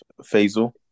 Faisal